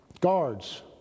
guards